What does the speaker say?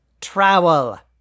Trowel